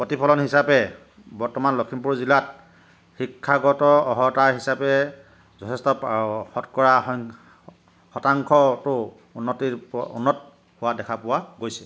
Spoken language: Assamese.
প্ৰতিফলন হিচাপে বৰ্তমান লখিমপুৰ জিলাত শিক্ষাগত অৰ্হতা হিচাপে যথেষ্ট অ শতকৰা শতাংশটো উন্নত হোৱা দেখা পোৱা গৈছে